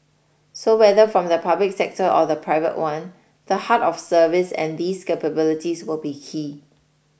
so whether from the public sector or the private one the heart of service and these capabilities will be key